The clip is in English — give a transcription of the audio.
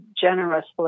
generously